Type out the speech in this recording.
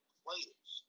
players